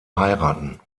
heiraten